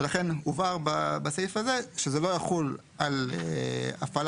ולכן הובהר בסעיף הזה שזה לא יחול על הפעלה